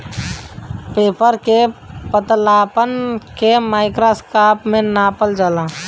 paper के पतलापन के माइक्रोन में नापल जाला